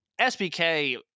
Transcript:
SBK